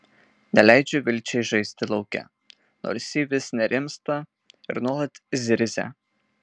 neleidžiu vilčiai žaisti lauke nors ji vis nerimsta ir nuolat zirzia